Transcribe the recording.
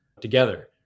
together